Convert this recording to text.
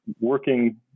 working